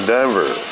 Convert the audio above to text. Denver